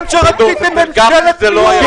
אתם שרציתם ממשלת מיעוט של